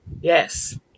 Yes